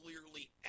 clearly